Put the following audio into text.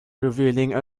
revealing